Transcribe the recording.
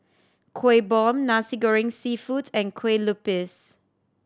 Kuih Bom Nasi Goreng Seafood and kue lupis